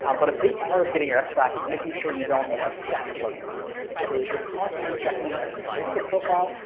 um but a big part of getting your ex back is making sure you don't obsess about him or her. so if you're constantly checking your ex's facebook profile,